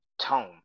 tone